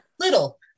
Little